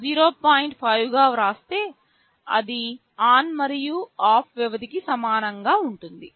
5 గా వ్రాస్తే అది ఆన్ మరియు ఆఫ్ వ్యవధికి సమానంగా ఉంటుంది